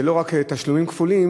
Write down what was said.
זה לא רק תשלומים כפולים,